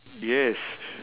yes